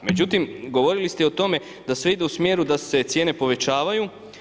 Međutim, govorili ste i o tome da sve ide u smjeru da se cijene povećavaju.